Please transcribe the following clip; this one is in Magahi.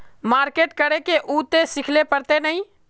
मार्केट करे है उ ते सिखले पड़ते नय?